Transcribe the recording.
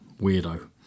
Weirdo